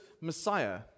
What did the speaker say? Messiah